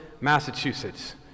Massachusetts